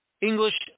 english